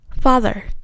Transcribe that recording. Father